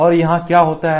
और यहाँ क्या होता है